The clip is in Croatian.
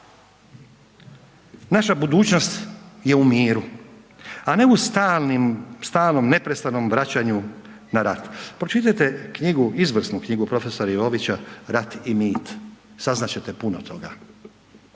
Naša budućnost je u miru, a ne u stalnim, stalnim, neprestanom vraćanju na rat. Pročitajte knjigu, izvrsnu knjigu prof. Jovića Rat i mit, saznat ćete puno toga.